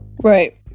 Right